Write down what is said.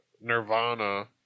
nirvana